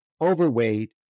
overweight